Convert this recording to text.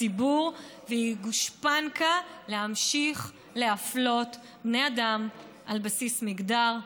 הציבור והיא גושפנקה להמשיך להפלות בני אדם על בסיס מגדר,